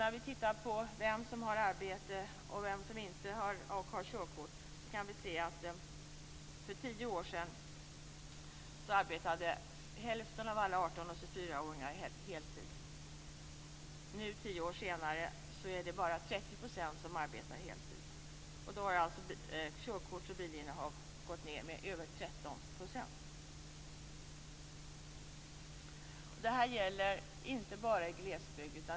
Om vi tittar på vem som har arbete och körkort kan vi se att hälften av alla 18-24-åringar arbetade heltid för tio år sedan. Nu, tio år senare, är det bara 30 % som arbetar heltid. Körkorts och bilinnehaven har gått ned med över 13 %. Detta gäller inte bara i glesbygd.